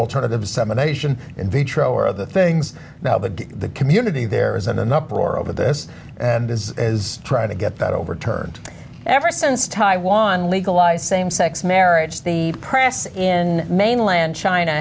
alternative seven nation in vitro or other things now that the community there isn't enough or over this and is is trying to get that overturned ever since taiwan legalized same sex marriage the press in mainland china